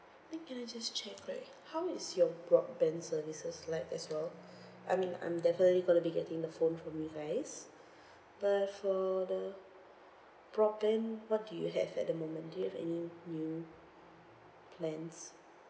then can I just check right how is your broadband services like as well I mean I'm definitely gonna be getting the phone from you guys but for the broadband what do you have at the moment do you any new plans